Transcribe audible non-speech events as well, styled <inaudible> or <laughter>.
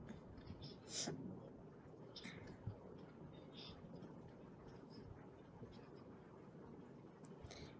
<noise>